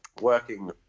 working